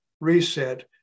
reset